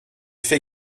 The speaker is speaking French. fait